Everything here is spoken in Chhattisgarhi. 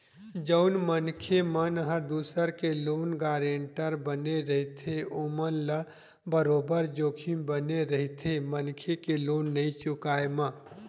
जउन मनखे मन ह दूसर के लोन गारेंटर बने रहिथे ओमन ल बरोबर जोखिम बने रहिथे मनखे के लोन नइ चुकाय म